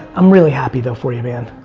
i'm really happy though for you man.